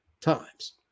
times